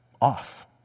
off